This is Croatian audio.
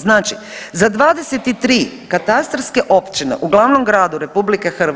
Znači za 23 katastarske općine u glavnom gradu RH